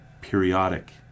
periodic